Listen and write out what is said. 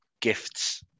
gifts